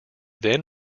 then